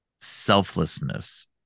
selflessness